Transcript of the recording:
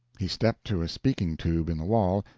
he stepped to a speaking-tube in the wall,